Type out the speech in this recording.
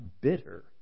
bitter